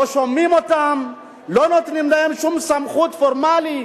לא שומעים אותם, לא נותנים להם שום סמכות פורמלית,